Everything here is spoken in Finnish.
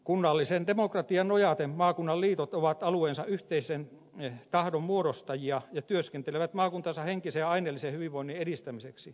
kunnalliseen demokratiaan nojaten maakunnan liitot ovat alueensa yhteisen tahdon muodostajia ja työskentelevät maakuntansa henkisen ja aineellisen hyvinvoinnin edistämiseksi